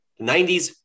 90s